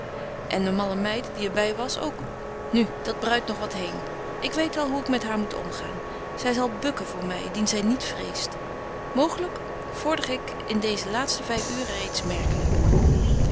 en de malle meid die er by was ook nu dat bruit nog wat heen ik weet al hoe ik met haar moet omgaan zy zal bukken voormy dien zy niet vreest mooglyk vorder ik in deeze laatste vyf uuren reeds merkelyk